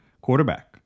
quarterback